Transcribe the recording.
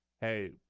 Hey